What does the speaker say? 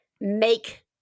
make